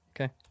Okay